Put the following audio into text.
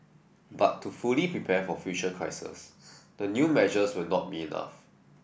but to fully prepare for future crises the new measures will not be enough